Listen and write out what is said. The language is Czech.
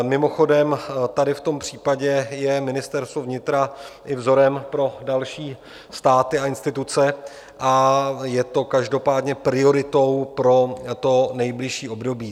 Mimochodem, tady v tom případě je Ministerstvo vnitra i vzorem pro další státy a instituce a je to každopádně prioritou pro nejbližší období.